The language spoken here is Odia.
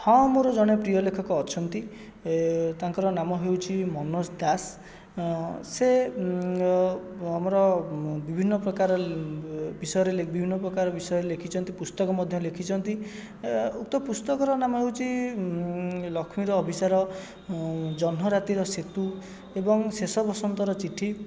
ହଁ ମୋର ଜଣେ ପ୍ରିୟ ଲେଖକ ଅଛନ୍ତି ତାଙ୍କର ନାମ ହେଉଛି ମନୋଜ ଦାସ ସେ ଆମର ବିଭିନ୍ନ ପ୍ରକାରର ବିଷୟରେ ବିଭିନ୍ନ ପ୍ରକାର ବିଷୟରେ ଲେଖିଛନ୍ତି ପୁସ୍ତକ ମଧ୍ୟ ଲେଖିଛନ୍ତି ଉକ୍ତ ପୁସ୍ତକର ନାମ ହେଉଛି ଲକ୍ଷ୍ମୀର ଅଭିସାର ଜହ୍ନ ରାତିର ସେତୁ ଏବଂ ଶେଷ ବସନ୍ତର ଚିଠି